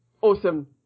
Awesome